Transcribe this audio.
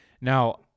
now